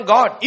God